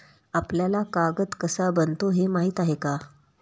आपल्याला कागद कसा बनतो हे माहीत आहे का?